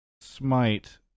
smite